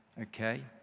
okay